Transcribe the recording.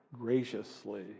graciously